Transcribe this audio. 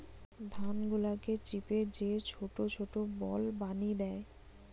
ধান গুলাকে চিপে যে ছোট ছোট বল বানি দ্যায়